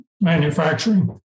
manufacturing